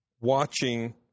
watching